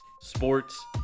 sports